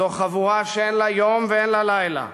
זאת חבורה שאין לה יום ואין לילה,